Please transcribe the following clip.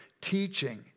Teaching